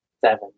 Seven